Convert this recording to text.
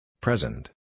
Present